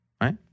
right